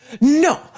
No